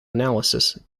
analysis